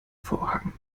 vorhang